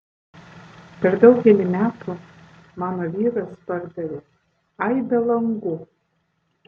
per daugelį metų mano vyras pardavė aibę langų